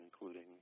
including